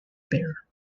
pair